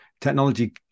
technology